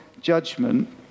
judgment